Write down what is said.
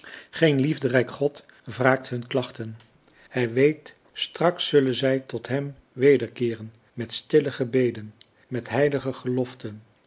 geen liefderijk god wraakt hun klachten hij weet straks zullen zij tot hem wederkeeren met stille gebeden met heilige geloften